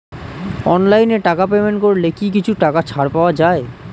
অনলাইনে টাকা পেমেন্ট করলে কি কিছু টাকা ছাড় পাওয়া যায়?